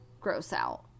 gross-out